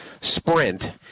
sprint